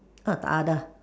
uh tidak ada